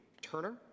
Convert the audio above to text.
Turner